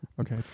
Okay